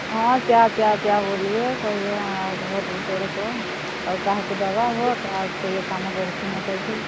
ହଁ ଚା ଚା ଚା ବୁଲି କହିବା ଆଉ ଭୋଟ ବିଷୟରେ କହ ଆଉ କାହାକୁ ଦବା ଭୋଟ ଆଉ କିଏ କାମ କରିଛି ନ କରିଛି